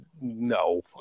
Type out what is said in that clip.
No